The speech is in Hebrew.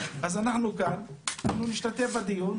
אנחנו כאן ואנחנו נשתתף בדיון,